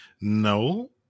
No